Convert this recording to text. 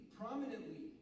prominently